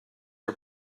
are